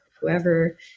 whoever